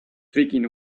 tricking